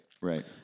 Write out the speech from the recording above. right